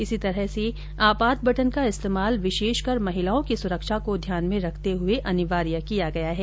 इसी तरह से आपात बटन का इस्तेमाल विशेषकर महिलाओं की सुरक्षा को ध्यान में रखते हुए अनिवार्य किया गया है